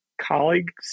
colleagues